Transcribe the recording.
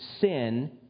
sin